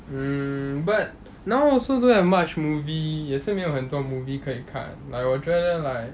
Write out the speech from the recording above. mm but now also don't have much movie 也是没有很多 movie 可以看 like 我觉得 like